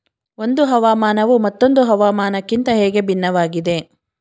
ಒಂದು ಹವಾಮಾನವು ಮತ್ತೊಂದು ಹವಾಮಾನಕಿಂತ ಹೇಗೆ ಭಿನ್ನವಾಗಿದೆ?